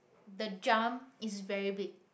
the jump is very big